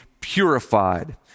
purified